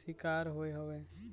सिकार होय हवय